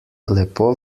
lepo